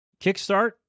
Kickstart